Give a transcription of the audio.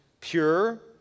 pure